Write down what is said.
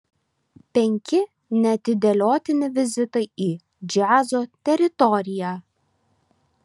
penki neatidėliotini vizitai į džiazo teritoriją